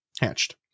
hatched